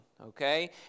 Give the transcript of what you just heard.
Okay